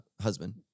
husband